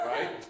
Right